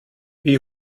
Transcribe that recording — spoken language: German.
wie